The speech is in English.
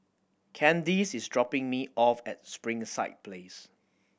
Candyce is dropping me off at Springside Place